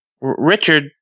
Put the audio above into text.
Richard